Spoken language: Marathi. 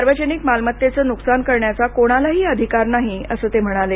सार्वजनिक मालमत्तेचं नुकसान करण्याचा कोणालाही अधिकार नाही असं ते म्हणाले